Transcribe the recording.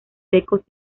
secos